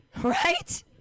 right